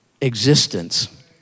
existence